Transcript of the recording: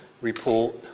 report